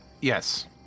Yes